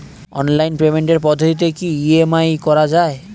Online পেমেন্টের পদ্ধতিতে কি ই.এম.আই করা যায়?